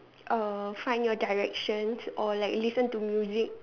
uh find my directions or like listen to music